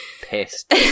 pissed